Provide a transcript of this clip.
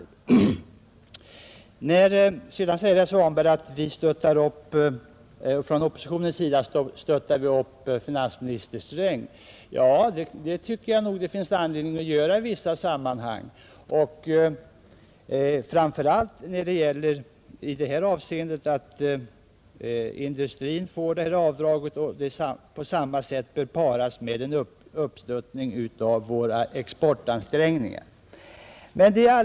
Vidare säger herr Svanberg att vi från oppositionens sida stöttar upp finansminister Sträng. Ja, det tycker jag att det finns anledning att göra i vissa sammanhang, framför allt när det gäller att bevilja industrin detta investeringsavdrag, som bör paras med en uppstöttning av våra exportansträngningar.